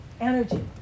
energy